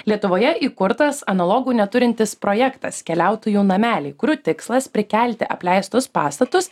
lietuvoje įkurtas analogų neturintis projektas keliautojų nameliai kurių tikslas prikelti apleistus pastatus